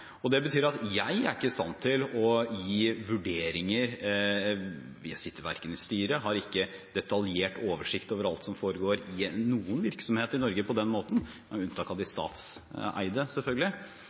Det betyr at jeg ikke er i stand til å gi den typen vurderinger – vi sitter ikke i styret og har ikke noen detaljert oversikt over alt som foregår i virksomheter i Norge, på den måten, med unntak av de